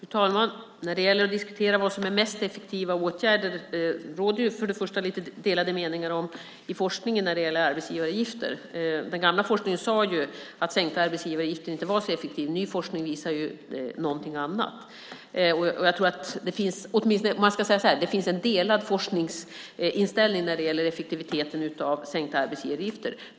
Fru talman! När det gäller att diskutera vad som är de mest effektiva åtgärderna råder det lite delade meningar i forskningen om arbetsgivaravgifter. Den gamla forskningen sade att sänkta arbetsgivaravgifter inte var så effektivt. Ny forskning visar något annat. Det finns en delad forskningsinställning när det gäller effektiviteten av sänkta arbetsgivaravgifter.